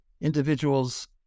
individuals